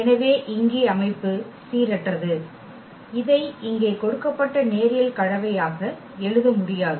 எனவே இங்கே அமைப்பு சீரற்றது இதை இங்கே கொடுக்கப்பட்ட நேரியல் கலவையாக எழுத முடியாது